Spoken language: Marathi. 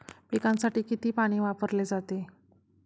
पिकांसाठी किती पाणी वापरले जाते?